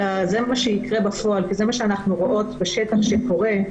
אלא זה מה שיקרה בפועל כי זה מה שאנחנו רואות בשטח שקורה,